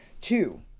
two